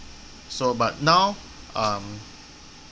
so but now um